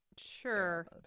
Sure